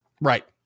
right